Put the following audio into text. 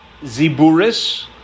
ziburis